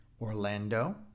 Orlando